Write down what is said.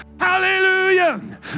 Hallelujah